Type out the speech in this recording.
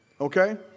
okay